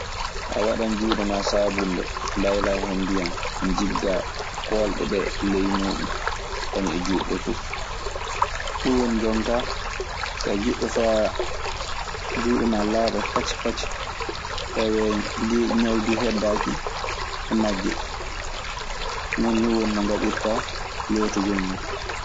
A waɗan juuɗe maa saabunnnde mbaylaa hen ndiyyam, njiggaa koolde ɗee ley muuɗum kañum e juuɗe ɗee fuf. Ɗun woni jonkaa, so a jiɗɗo faa juuɗe maa laaɓa pati pati, tawee geeƴi ñaw duu heddaaki e majje. Non nii woni no ngaɗirtaa lootugol ngol.